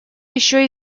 еще